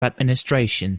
administration